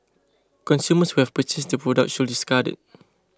consumers who have purchased the product should discard it